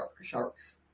sharks